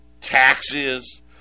Taxes